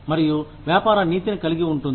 మరియు వ్యాపార నీతిని కలిగి ఉంటుంది